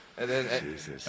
Jesus